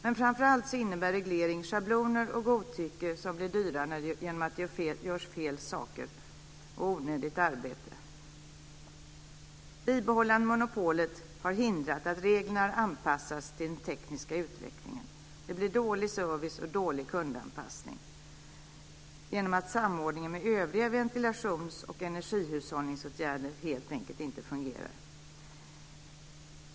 Men framför allt innebär reglering schabloner och godtycke som blir dyra genom att det görs fel saker och onödigt arbete. Bibehållandet av monopolet har hindrat att reglerna har anpassats till den tekniska utvecklingen. Det blir dålig service och dålig kundanpassning genom att samordningen med övriga ventilations och energihushållningsåtgärder helt enkelt inte fungerar.